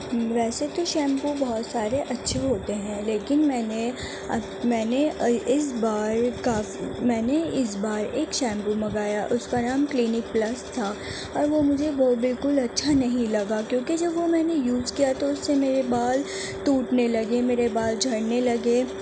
ویسے تو شیمپو بہت سارے اچھے ہوتے ہیں لیکن میں نے میں نے اس بار میں نے اس بار ایک شیمپو منگایا اس کا نام کلینک پلس تھا اور وہ مجھے وہ بالکل اچھا نہیں لگا کیوں کہ جب وہ میں نے یوز کیا تو اس سے میرے بال ٹوٹنے لگے میرے بال جھڑنے لگے